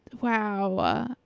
wow